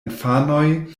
infanoj